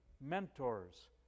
mentors